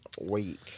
week